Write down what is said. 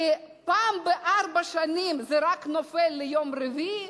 ורק פעם בארבע שנים זה נופל ביום רביעי,